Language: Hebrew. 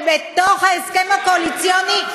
שבתוך ההסכם הקואליציוני,